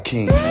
King